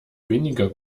weniger